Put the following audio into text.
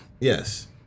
yes